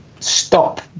stop